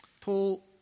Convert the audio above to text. Paul